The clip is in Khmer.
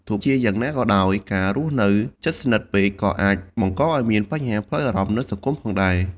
ទោះជាយ៉ាងណាក៏ដោយ ការរស់នៅជិតស្និទ្ធពេកក៏អាចបង្កឲ្យមានបញ្ហាផ្លូវអារម្មណ៍ និងសង្គមផងដែរ។